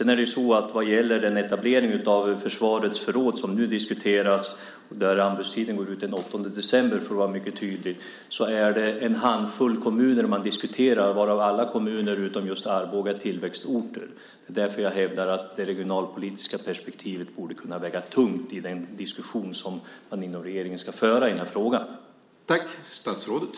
När det gäller en etablering av försvarets förråd som nu diskuteras, och där anbudstiden går ut den 8 december för att vara mycket tydlig, är det en handfull kommuner som man diskuterar, varav alla kommuner utom just Arboga är tillväxtorter. Det är därför som jag hävdar att det regionalpolitiska perspektivet borde kunna väga tungt i den diskussion som man ska föra inom regeringen i denna fråga.